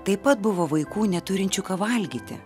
taip pat buvo vaikų neturinčių ką valgyti